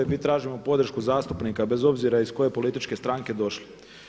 Mi tražimo podršku zastupnika bez obzira iz koje političke stranke došli.